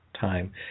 time